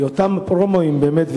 כי אותם פרומואים באמת,